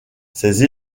ses